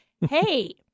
hey